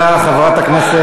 מה את כל כך מתנצלת?